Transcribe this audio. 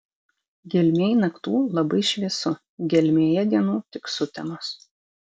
gelmėj naktų labai šviesu gelmėje dienų tik sutemos